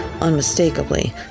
unmistakably